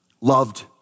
loved